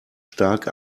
stark